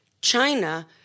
China